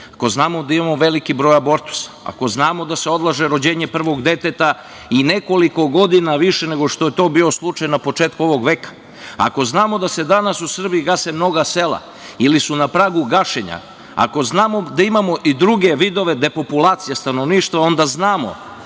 ako znamo da imamo veliki broj abortusa, ako znamo da se odlaže rođenje prvog deteta i nekoliko godina više nego što je to bio slučaj na početku ovog veka, ako znamo da se danas u Srbiji gase mnoga sela ili su na pragu gašenja, ako znamo da imamo druge vidove depopulacije stanovništva, onda znamo